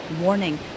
warning